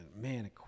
man